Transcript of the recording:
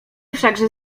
wszakże